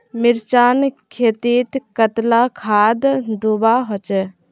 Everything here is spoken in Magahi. मिर्चान खेतीत कतला खाद दूबा होचे?